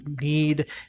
need